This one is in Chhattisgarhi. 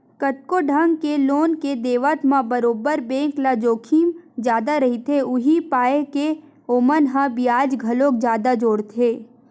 कतको ढंग के लोन के देवत म बरोबर बेंक ल जोखिम जादा रहिथे, उहीं पाय के ओमन ह बियाज घलोक जादा जोड़थे